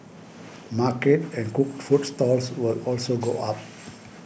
market and cooked food stalls will also go up